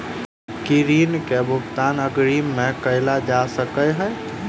की ऋण कऽ भुगतान अग्रिम मे कैल जा सकै हय?